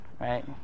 right